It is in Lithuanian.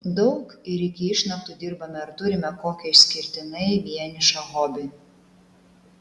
daug ir iki išnaktų dirbame ar turime kokį išskirtinai vienišą hobį